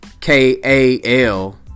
K-A-L